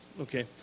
Okay